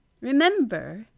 Remember